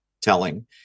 telling